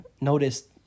noticed